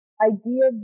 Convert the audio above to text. idea